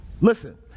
Listen